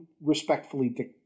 respectfully